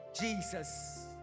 Jesus